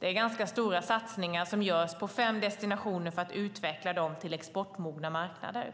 Det är ganska stora satsningar som görs på fem destinationer för att utveckla dem till exportmogna marknader.